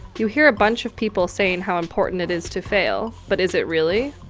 you hear a bunch of people saying how important it is to fail. but is it really?